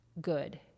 good